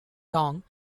song